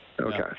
okay